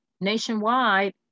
Nationwide